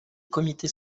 comité